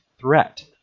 threat